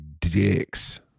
dicks